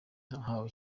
ahawe